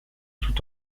tout